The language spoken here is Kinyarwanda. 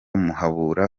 muhabura